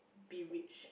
be rich